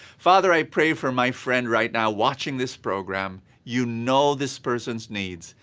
father i pray for my friend right now watching this program, you know this person's needs.